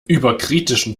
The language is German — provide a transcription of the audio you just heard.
überkritischen